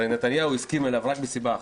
הרי נתניהו הסכים עליו רק מסיבה אחת.